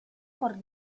por